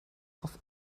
auf